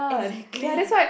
exactly